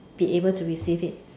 be able to receive it